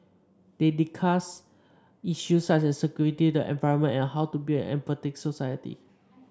they discussed issues such as security the environment and how to build an empathetic society